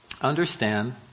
understand